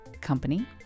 company